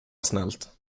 snällt